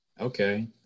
Okay